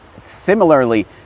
Similarly